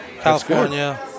California